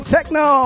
Techno